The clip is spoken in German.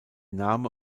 name